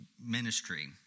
ministry